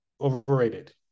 Overrated